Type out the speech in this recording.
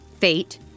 fate